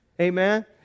Amen